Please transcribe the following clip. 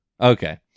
Okay